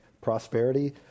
prosperity